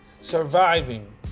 surviving